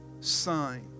Sign